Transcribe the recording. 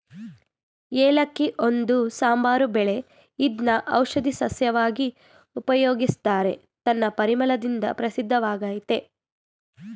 ಏಲಕ್ಕಿ ಒಂದು ಸಾಂಬಾರು ಬೆಳೆ ಇದ್ನ ಔಷಧೀ ಸಸ್ಯವಾಗಿ ಉಪಯೋಗಿಸ್ತಾರೆ ತನ್ನ ಪರಿಮಳದಿಂದ ಪ್ರಸಿದ್ಧವಾಗಯ್ತೆ